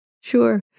sure